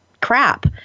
crap